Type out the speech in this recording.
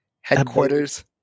Headquarters